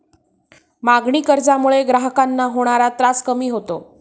मागणी कर्जामुळे ग्राहकांना होणारा त्रास कमी होतो